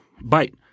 Bite